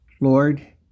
Lord